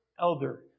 elder